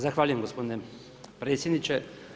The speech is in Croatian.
Zahvaljujem gospodine predsjedniče.